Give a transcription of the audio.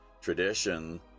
tradition